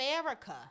America